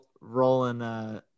rolling